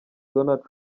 donald